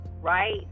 right